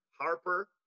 Harper